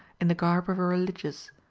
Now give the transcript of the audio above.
in the garb of a religious.